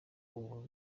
ubu